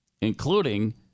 including